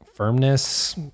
Firmness